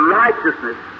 righteousness